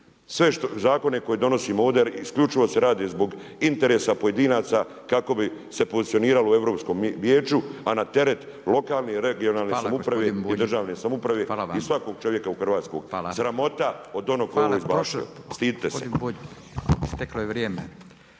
Sve zakone koje donosimo ovdje isključivo se radi zbog interesa pojedinaca kako bi se pozicioniralo u Europskom vijeću a na teret lokalne i regionalne samouprave i državne samouprave i svakog čovjeka u Hrvatskoj, sramota…/Upadica Radin: